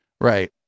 Right